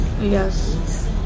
Yes